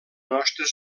nostra